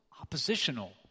oppositional